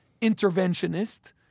interventionist